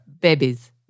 Babies